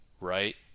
right